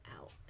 out